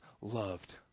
loved